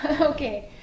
Okay